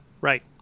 Right